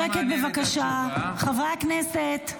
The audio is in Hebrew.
שקט, בבקשה, חברי הכנסת.